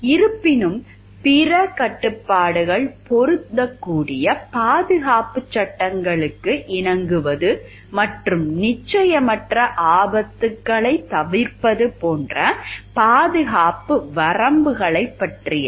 இருப்பினும் பிற கட்டுப்பாடுகள் பொருந்தக்கூடிய பாதுகாப்புச் சட்டங்களுக்கு இணங்குவது மற்றும் நிச்சயமற்ற ஆபத்துகளைத் தவிர்ப்பது போன்ற பாதுகாப்பு வரம்புகளைப் பற்றியது